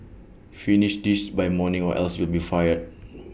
finish this by tomorrow or else you'll be fired